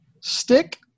stick